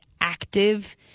active